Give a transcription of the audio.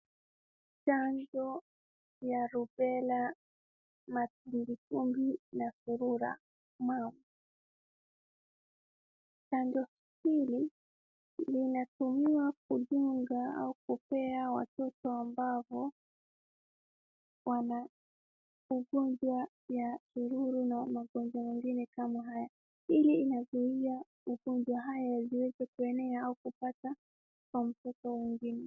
Chanjo ya rubela, matumbwitumbwi na surua, mumps . Chanjo hili linatumiwa kujenga au kupea watoto ambao wana ugonjwa ya surua na magonjwa mengine kama haya. Hili inazuia ugonjwa haya yasiweze kuenea au kupata kwa mtoto mwingine.